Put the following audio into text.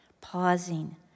pausing